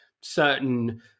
certain